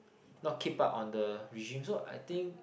not keep up on the regime so I think